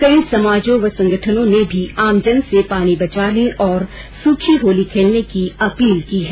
कई समाजों व संगठनों ने भी आमजन से पानी बचाने और सूखी होली खेलने की अपील की है